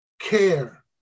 care